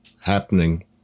happening